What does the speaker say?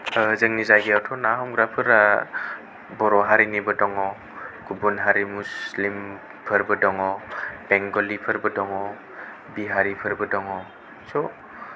जोंनि जायगायावथ' ना हमग्राफोरा बर' हारिनिबो दङ गुबुन हारि मुसलिम फोरबो दङ बेंगलिफोरबो दङ बिहारिफोरबो दङ सब